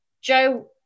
Joe